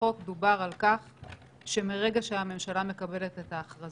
שבהם הממשלה מוגבלת בחקיקה